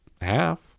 half